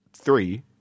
Three